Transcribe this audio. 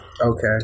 Okay